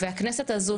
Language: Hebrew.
והכנסת הזאת,